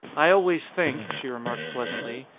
i always think, she remarked pleasantly,